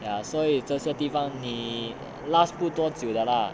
ya 所以这些地方你 last 不多久的 lah